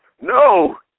No